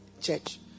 church